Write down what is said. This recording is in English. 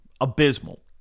abysmal